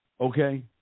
Okay